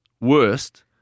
worst